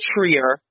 Trier